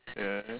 ya